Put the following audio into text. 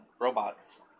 robots